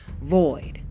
void